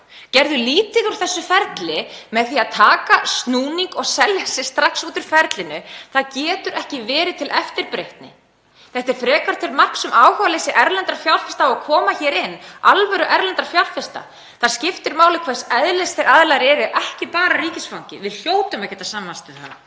gerðu lítið úr þessu ferli með því að taka snúning og selja sig strax út úr ferlinu getur ekki verið til eftirbreytni. Þetta er frekar til marks um áhugaleysi erlendra fjárfesta á að koma hér inn, alvöru erlendra fjárfesta. Það skiptir máli hvers eðlis þeir aðilar eru, ekki bara ríkisfangið. Við hljótum að geta sammælst um það.